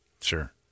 Sure